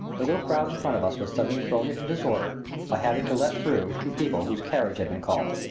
the little crowd in front of us was suddenly thrown into disorder by having to let through two people whose carriage had been called.